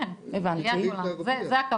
כן, זה הכוונה.